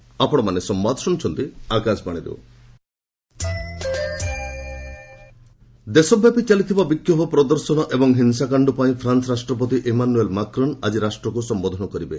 France protest ଦେଶବ୍ୟାପୀ ଚାଲିଥିବା ବିକ୍ଷୋଭ ପ୍ରଦର୍ଶନ ଏବଂ ହିଂସାକାଣ୍ଡ ପାଇଁ ଫ୍ରାନ୍ନ ରାଷ୍ଟ୍ରପତି ଇମାନୁଏଲ୍ ମାକ୍ରନ୍ ଆଜି ରାଷ୍ଟ୍ରକୁ ସମ୍ଭୋଧନ କରିବେ